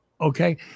Okay